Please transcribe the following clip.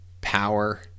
power